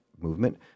movement